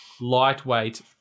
lightweight